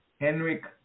Henrik